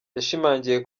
yashimangiye